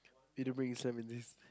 need to bring Sam in this